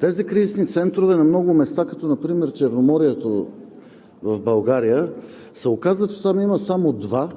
тези кризисни центрове на много места в България, като например по Черноморието се оказва, че там има само два